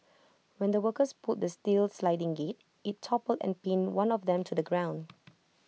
when the workers pulled the steel sliding gate IT toppled and pinned one of them to the ground